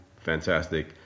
fantastic